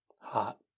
Hot